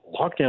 lockdown